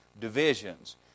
divisions